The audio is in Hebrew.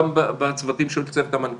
גם בצוותים של צוות המנכ"לים.